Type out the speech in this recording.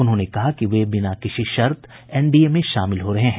उन्होंने कहा कि वे बिना किसी शर्त एनडीए में शामिल हो रहे हैं